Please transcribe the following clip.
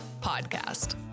podcast